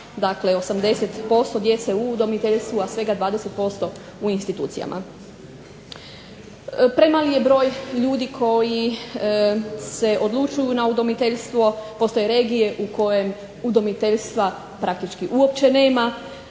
Dakle, 80% djece u udomiteljstvu, a svega 20% u institucijama. Premali je broj ljudi koji se odlučuju na udomiteljstvo. Postoje regije u kojem udomiteljstva praktički uopće nema.